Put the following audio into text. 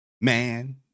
man